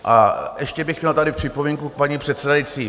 A ještě bych měl tady připomínku k paní předsedající.